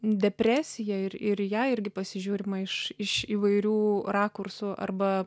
depresiją ir ir į ją irgi pasižiūrima iš iš įvairių rakursų arba